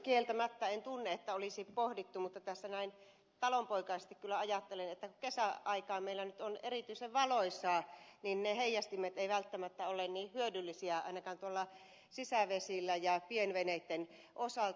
kieltämättä tuntuu siltä että ei olisi pohdittu mutta tässä näin talonpoikaisesti kyllä ajattelen että kun kesäaikaan meillä nyt on erityisen valoisaa niin ne heijastimet eivät välttämättä ole niin hyödyllisiä ainakaan tuolla sisävesillä ja pienveneitten osalta